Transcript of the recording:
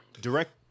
Direct